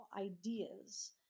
ideas